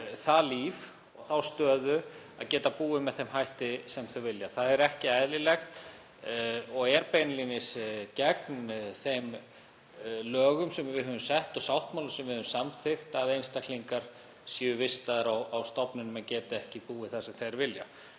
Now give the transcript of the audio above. það líf, þá stöðu að geta búið með þeim hætti sem þeir vilja. Það ekki eðlilegt og er beinlínis gegn þeim lögum sem við höfum sett og sáttmálum sem við höfum samþykkt að einstaklingar séu vistaðir á stofnunum en geti ekki búið þar sem þeir vilja.